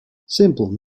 simple